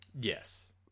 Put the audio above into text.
Yes